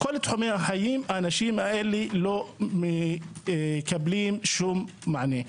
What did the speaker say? כל תחומי החיים, האנשים האלה לא מקבלים כל מענה.